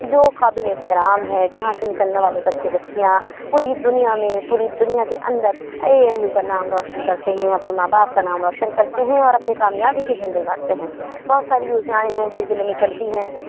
جو قابل احترام ہے جہاں سے نکلنے والے بچے بچیاں پوری دنیا میں پوری دنیا کے اندر اے ایم یو کا نام روشن کرتے ہیں اپنے ماں باپ کا نام روشن کرتے ہیں اور اپنی کامیابی کے جھنڈے گاڑتے ہیں بہت ساری یوجنائیں ہیں جو ضلعے میں چلتی ہیں